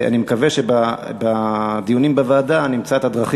אני מקווה שבדיונים בוועדה נמצא את הדרכים